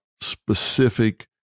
specific